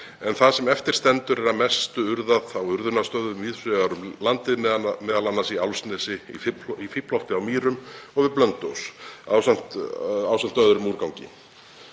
en það sem eftir stendur er að mestu urðað á urðunarstöðum víðs vegar um landið, m.a. í Álfsnesi, í Fíflholti á Mýrum og við Blönduós, ásamt öðrum úrgangi.